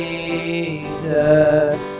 Jesus